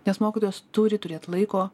nes mokytojas turi turėt laiko